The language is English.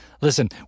Listen